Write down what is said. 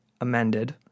amended